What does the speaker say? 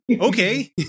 Okay